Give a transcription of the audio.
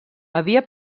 havia